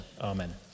Amen